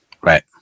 Right